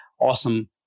awesome